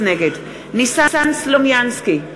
ניסן סלומינסקי,